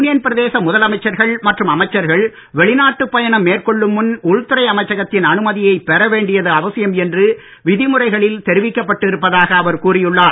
union பிரதேச முதலமைச்சர்கள் மற்றும் அமைச்சர்கள் வெளிநாட்டுப் பயணம் மேற்கொள்ளும் முன் உள்துறை அமைச்சகத்தின் அனுமதியைப் பெற வேண்டியது அவசியம் என்று விதிமுறைகளில் தெரிவிக்கப்பட்டு இருப்பதாக அவர் கூறியுள்ளார்